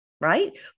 Right